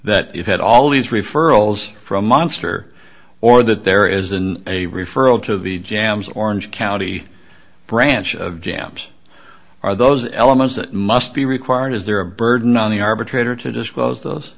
that you had all these referrals from monster or that there isn't a referral to the jambs orange county branch of jams are those elements that must be required is there a burden on the arbitrator to disclose those